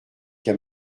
qu’à